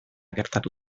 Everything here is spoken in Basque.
gertatu